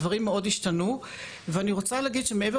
הדברים מאוד השתנו ואני רוצה להגיד שמעבר